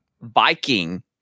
Viking